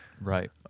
Right